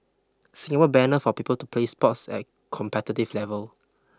Singapore banner for people to play sports at competitive level